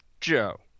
Joe